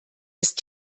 ist